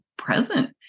present